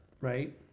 right